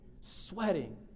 sweating